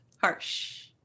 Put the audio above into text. harsh